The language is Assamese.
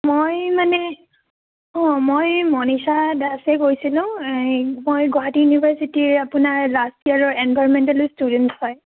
মই মানে অঁ মই মনীষা দাসে কৈছিলোঁ এই মই গুৱাহাটী ইউনিভাৰ্চিটিৰ আপোনাৰ লাষ্ট ইয়েৰৰ এনভাইৰ্নমেণ্টেলৰ ষ্টুডেণ্ট হয়